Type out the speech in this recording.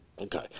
Okay